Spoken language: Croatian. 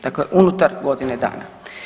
Dakle, unutar godine dana.